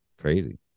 Crazy